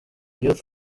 youth